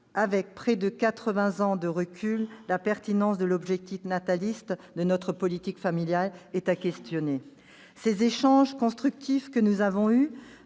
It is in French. avec près de quatre-vingts ans de recul, la pertinence de l'objectif nataliste de notre politique familiale est à questionner. Les échanges constructifs que nous avons eus